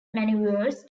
maneuvers